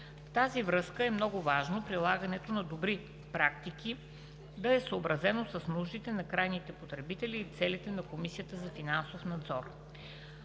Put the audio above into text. тази връзка е много важно прилагането на добри практики да е съобразено с нуждите на крайните потребители и целите на Комисията за финансов надзор.